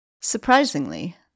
Surprisingly